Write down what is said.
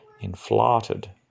inflated